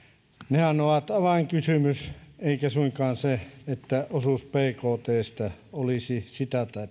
nehän ovat avainkysymys eikä suinkaan se että osuus bktstä olisi sitä tai